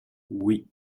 oui